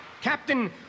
Captain